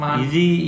easy